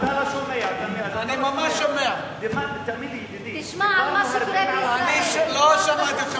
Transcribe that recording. תשמע מה שקורה בישראל, לא שמעתי.